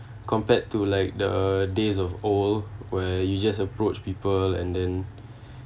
compared to like the days of old where you just approach people and then